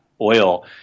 oil